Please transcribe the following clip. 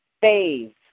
phase